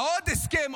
עוד הסכם,